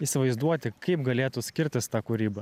įsivaizduoti kaip galėtų skirtis ta kūryba